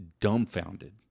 dumbfounded